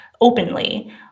openly